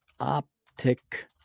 Optic